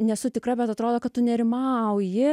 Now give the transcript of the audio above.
nesu tikra bet atrodo kad tu nerimauji